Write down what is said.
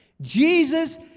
Jesus